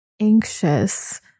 anxious